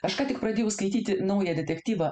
aš ką tik pradėjau skaityti naują detektyvą